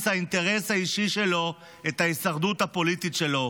האינטרס האישי שלו את ההישרדות הפוליטית שלו,